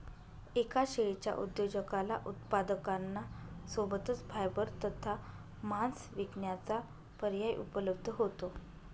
एका शेळीच्या उद्योजकाला उत्पादकांना सोबतच फायबर तथा मांस विकण्याचा पर्याय उपलब्ध होतो